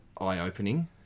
eye-opening